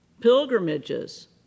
pilgrimages